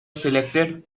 selected